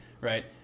right